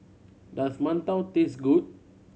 does Mantou taste good